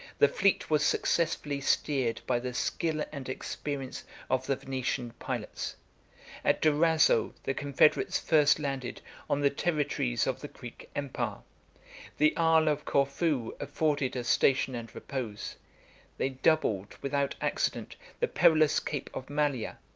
the fleet was successfully steered by the skill and experience of the venetian pilots at durazzo, the confederates first landed on the territories of the greek empire the isle of corfu afforded a station and repose they doubled, without accident, the perilous cape of malea,